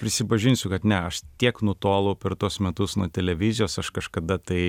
prisipažinsiu kad ne aš tiek nutolau per tuos metus nuo televizijos aš kažkada tai